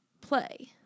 play